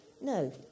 no